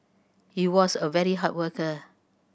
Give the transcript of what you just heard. he was a very hard worker